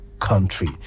country